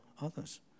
others